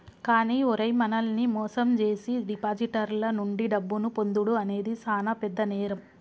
కానీ ఓరై మనల్ని మోసం జేసీ డిపాజిటర్ల నుండి డబ్బును పొందుడు అనేది సాన పెద్ద నేరం